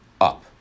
up